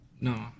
No